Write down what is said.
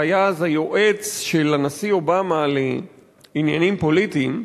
שהיה אז היועץ של הנשיא אובמה לעניינים פוליטיים,